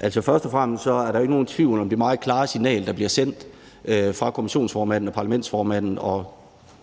Første næstformand (Karen Ellemann): Ordføreren. Kl. 14:31 Peder Hvelplund (EL): Først og fremmest er der jo ikke nogen tvivl om det meget klare signal, der bliver sendt fra kommissionsformanden, parlamentsformanden,